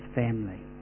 family